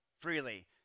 freely